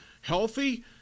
healthy